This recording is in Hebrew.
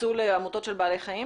הוקצו לעמותות של בעלי חיים